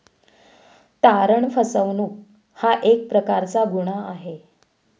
तारण फसवणूक हा एक प्रकारचा गुन्हा आहे